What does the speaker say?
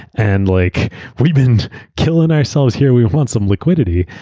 and like we've been killing ourselves here. we want some liquidity.